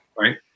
right